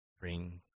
ring